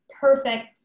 perfect